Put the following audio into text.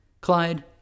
Clyde